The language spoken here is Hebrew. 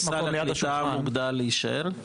האם סל הקליטה המוגדל יישאר?